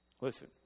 Listen